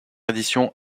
édition